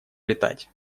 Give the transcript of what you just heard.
летать